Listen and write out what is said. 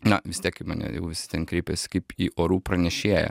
na vis tiek į mane jau visi ten kreipėsi kaip į orų pranešėją